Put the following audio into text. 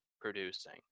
producing